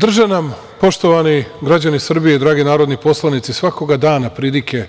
Drže nam, poštovani građani Srbije, dragi narodni poslanici, svakoga dana pridike,